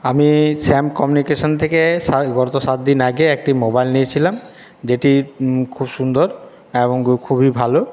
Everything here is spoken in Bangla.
আমি শ্যাম কমিউনিকেশন থেকে গত সাতদিন আগে একটি মোবাইল নিয়েছিলাম যেটি খুব সুন্দর এবং খুবই ভালো